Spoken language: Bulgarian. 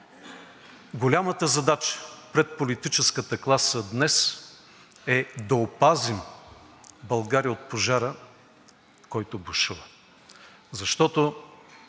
Голямата задача пред политическата класа днес е да опазим България от пожара, който бушува,